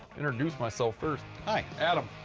introduce myself first. hi. adam.